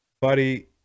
buddy